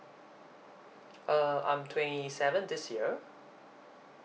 uh I'm twenty seven this year